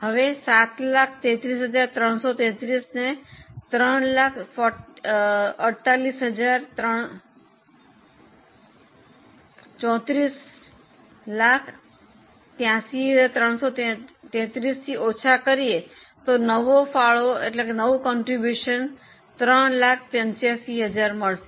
હવે 733333 ને 3483333 થી ઓછા કરીયે તો નવો ફાળો 385000 મળશે